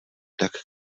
tak